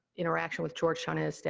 interaction with georgetown is,